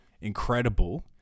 incredible